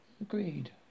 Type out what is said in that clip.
agreed